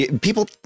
people